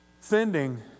sending